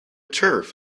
turf